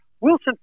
Wilson